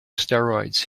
steroids